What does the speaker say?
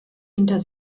hinter